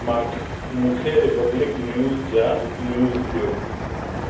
मूंखे मूंखे Republic news जा न्यूज़ ॾियो